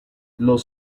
los